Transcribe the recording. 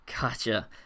Gotcha